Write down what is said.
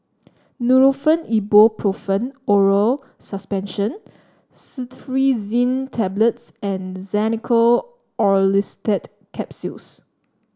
Nurofen Ibuprofen Oral Suspension Cetirizine Tablets and Xenical Orlistat Capsules